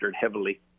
heavily